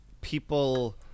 people